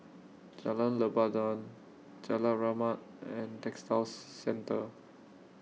Jalan Lebat Daun Jalan Rahmat and Textile Centre